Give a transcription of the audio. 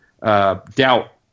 doubt